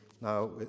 now